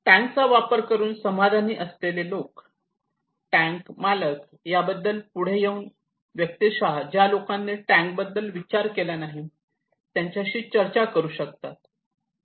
tank चा वापर करून समाधानी असलेले लोक टँक मालक याबद्दल पुढे येऊन व्यक्तिशः ज्या लोकांनी सध्या टँक बद्दल विचार केला नाही त्यांच्याशी चर्चा करू शकतात